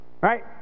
Right